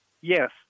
Yes